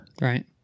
Right